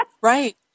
Right